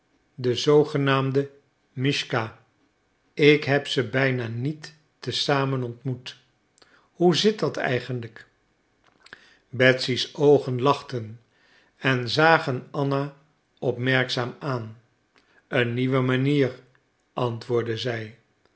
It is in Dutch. den zoogenaamden mischka ik heb ze bijna niet te zamen ontmoet hoe zit dat eigenlijk betsy's oogen lachten en zagen anna opmerkzaam aan een nieuwe manier antwoordde zij